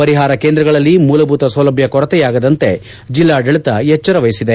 ಪರಿಹಾರ ಕೇಂದ್ರಗಳಲ್ಲಿ ಮೂಲಭೂತ ಸೌಲಭ್ಯ ಕೊರತೆಯಾಗದಂತೆ ಜಿಲ್ಲಾಡಳಿತ ಎಚ್ಲರ ವಹಿಸಿದೆ